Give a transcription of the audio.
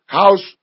house